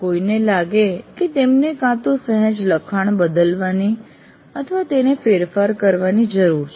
કોઈને લાગે કે તેમને કાં તો સહેજ લખાણ બદલવાની અથવા તેને ફેરફાર કરવાની જરૂર છે